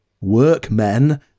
workmen